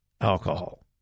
alcohol